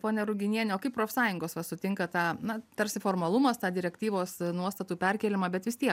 ponia ruginiene o kaip profsąjungos va sutinka tą na tarsi formalumas tą direktyvos nuostatų perkėlimą bet vis tiek